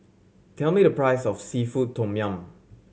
tell me the price of seafood tom yum